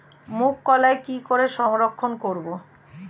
মুঘ কলাই কি করে সংরক্ষণ করব?